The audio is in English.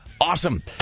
Awesome